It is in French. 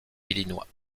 illinois